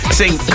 sing